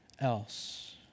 else